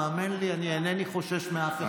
האמן לי, אינני חושש מאף אחד.